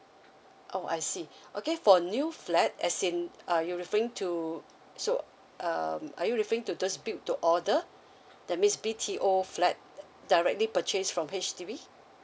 oh I see okay for new flat as in uh you're referring to so um are you referring to those build to order that means B_T_O flat that directly purchase from H_D_B